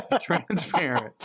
transparent